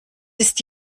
ist